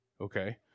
Okay